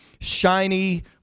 shiny